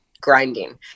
grinding